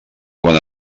quan